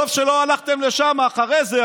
טוב שלא הלכתם לשם אחרי זה,